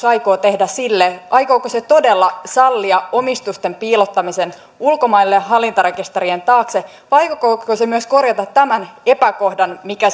aikoo tehdä sille aikooko se todella sallia omistusten piilottamisen ulkomaille hallintarekisterien taakse vai aikooko se myös korjata tämän epäkohdan mikä